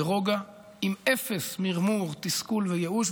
ברוגע ועם אפס מרמור, תסכול וייאוש.